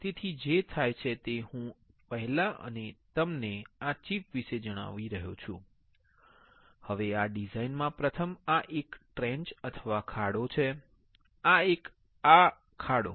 તેથી જે થાય છે તે હું પહેલા તમને આ ચિપ વિશે જણાવું છું હવે આ ડિઝાઇન મા પ્રથમ આ એક ટ્રેંચ અથવા ખાડો છે આ એક આ જાડો